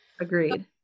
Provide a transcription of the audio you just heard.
Agreed